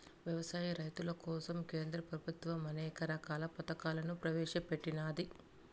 వ్యవసాయ రైతుల కోసం కేంద్ర ప్రభుత్వం అనేక రకాల పథకాలను ప్రవేశపెట్టినాది